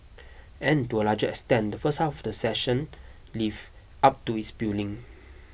and to a large extent the first half the session lived up to its billing